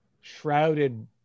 shrouded